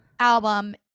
Album